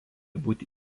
būti